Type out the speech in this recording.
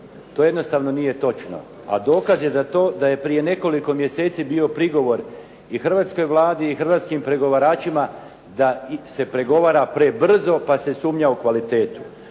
To jednostavno nije točno. A dokaz je za to da je prije nekoliko mjeseci bio prigovor i hrvatskoj Vladi i hrvatskim pregovaračima da se pregovara prebrzo pa se sumnja u kvalitetu.